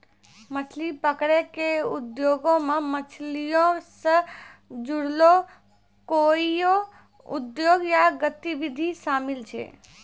मछली पकरै के उद्योगो मे मछलीयो से जुड़लो कोइयो उद्योग या गतिविधि शामिल छै